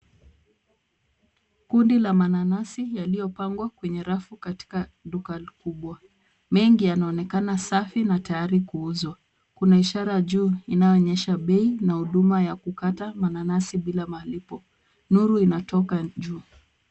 Kundi la mananasi yaliyopangwa kwenye rafu katika duka kubwa. Mengi yanaonekana safi na tayari kuuzwa. Kuna ishara juu inayoonyesha bei na huduma ya kukata mananasi bila malipo. Nuru inatoka juu.